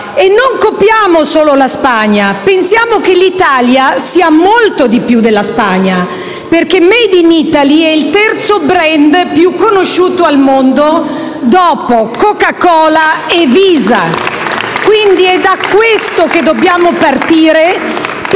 E non copiamo solo la Spagna, pensiamo che l'Italia sia molto di più della Spagna, perché il *made in Italy* è il terzo *brand* più conosciuto al mondo dopo Coca-Cola e Visa. *(Applausi dal Gruppo FI-BP)*. È da questo che dobbiamo partire